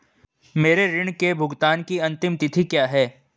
मेरे ऋण के भुगतान की अंतिम तिथि क्या है?